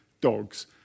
dogs